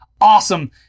awesome